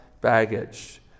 baggage